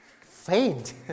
faint